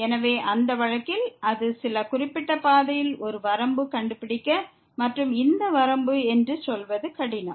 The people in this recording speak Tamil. எனவே அந்த வழக்கில் சில குறிப்பிட்ட பாதையில் ஒரு வரம்பை கண்டுபிடிப்பது மற்றும் இந்த வரம்பு இது தான் என்று சொல்வது கடினம்